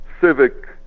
civic